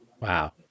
Wow